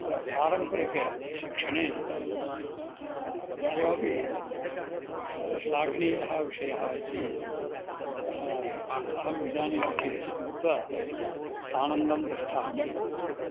पारम्परिकशिक्षणे अयमपि श्लाघनीयः विषयः इति अहम् इदानीमपि स्मृत्वा सानन्दं तिष्ठामि